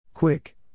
Quick